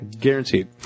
Guaranteed